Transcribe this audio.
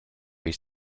iść